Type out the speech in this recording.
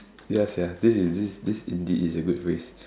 ya sia this indeed is a good phrase